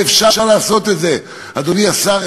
ואפשר לעשות את זה, אדוני השר.